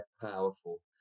powerful